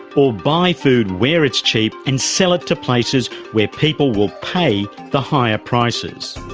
or buy food where it's cheap and sell it to places where people will pay the higher prices.